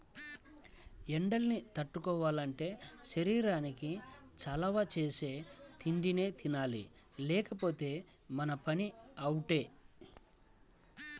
ఎండల్ని తట్టుకోవాలంటే శరీరానికి చలవ చేసే తిండినే తినాలి లేకపోతే మన పని అవుటే